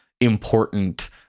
important